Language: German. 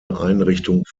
einrichtung